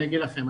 אני אגיד לכם,